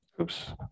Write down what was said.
Oops